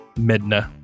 Midna